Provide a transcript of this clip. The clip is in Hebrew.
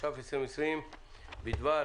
התש"ף-2020 בדבר